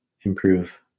improve